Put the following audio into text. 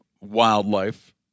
wildlife